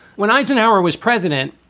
when eisenhower was president,